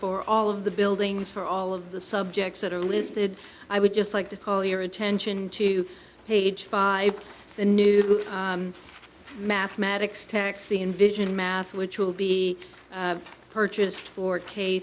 for all of the buildings for all of the subjects that are listed i would just like to call your attention to page five the new mathematics tax the invision math which will be purchased for k